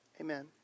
amen